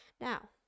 Now